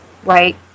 right